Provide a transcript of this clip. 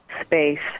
space